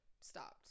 stopped